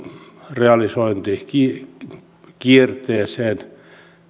realisointikierteeseen niin